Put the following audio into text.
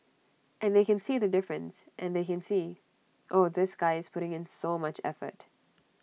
and they can see the difference and they can see oh this guy is putting in so much effort